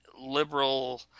liberal